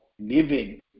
living